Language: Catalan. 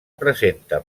presenta